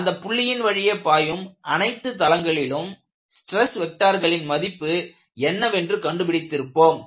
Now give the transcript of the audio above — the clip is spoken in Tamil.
அந்தப் புள்ளியின் வழியே பாயும் அனைத்து தளங்களிலும் ஸ்டிரஸ் வெக்ட்டார்களின் மதிப்பு என்னவென்று கண்டுபிடித்து இருப்போம்